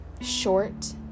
short